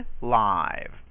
live